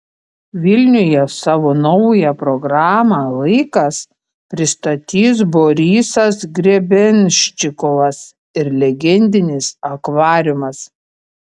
vilniuje savo naują programą laikas pristatys borisas grebenščikovas ir legendinis akvariumas